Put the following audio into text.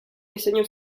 diseño